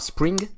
Spring